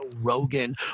Rogan